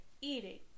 eating